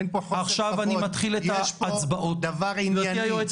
אין פה חוסר כבוד, יש פה דבר ענייני.